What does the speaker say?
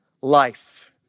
life